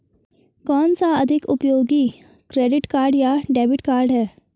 कौनसा अधिक उपयोगी क्रेडिट कार्ड या डेबिट कार्ड है?